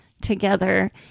together